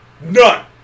none